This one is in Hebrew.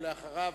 ואחריו,